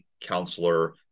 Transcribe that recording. counselor